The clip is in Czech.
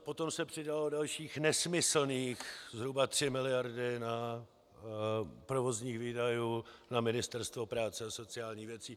Potom se přidalo dalších nesmyslných zhruba 3 mld. provozních výdajů na Ministerstvo práce a sociálních věcí.